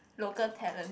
local talent